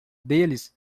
deles